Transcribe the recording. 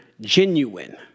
genuine